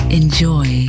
enjoy